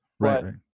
Right